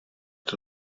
het